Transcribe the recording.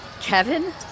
Kevin